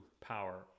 power